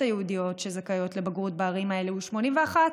היהודיות שזכאיות לבגרות בערים האלה הוא 81%,